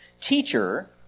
Teacher